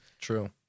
True